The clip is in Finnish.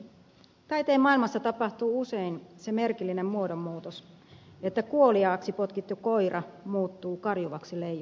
kaiken maailmassa tapahtuu usein se merkillinen muodonmuutos että kuoliaaksi potkittu koira muuttuu karvakselle ei